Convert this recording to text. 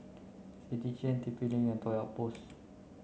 City Chain T P link and Toy Outpost